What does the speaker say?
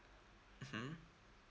mmhmm